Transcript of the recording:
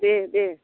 दे दे